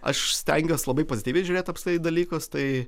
aš stengiuos labai pozityviai žiūrėt į dalykus tai